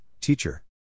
teacher